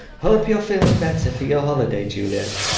hope you're feeling better for your holiday, juliet.